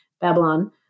Babylon